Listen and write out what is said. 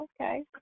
Okay